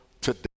today